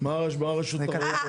מה הרשות התחרות אומרת?